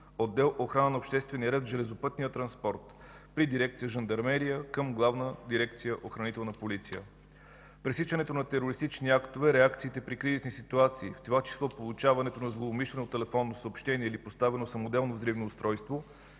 отдел „Охрана на обществения ред в железопътния транспорт” при дирекция „Жандармерия” към Главна дирекция „Охранителна полиция”. Пресичането на терористични актове, реакциите при кризисни ситуации, в това число получаването на злоумишлено телефонно съобщение или поставено самоделно взривно устройство